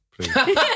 please